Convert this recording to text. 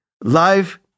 life